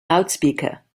loudspeaker